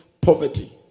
poverty